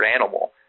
animal